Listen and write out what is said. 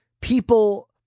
people